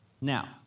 Now